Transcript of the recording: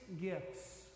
gifts